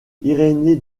irénée